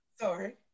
Sorry